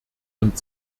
und